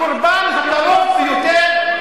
הקורבן הקרוב ביותר,